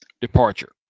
departure